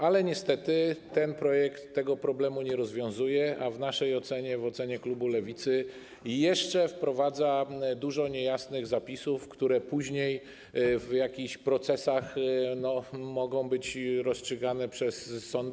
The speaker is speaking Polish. Ale niestety ten projekt tego problemu nie rozwiązuje, a w naszej ocenie, w ocenie klubu Lewicy, jeszcze wprowadza dużo niejasnych zapisów, które później w jakichś procesach mogą być rozstrzygane przez sądy.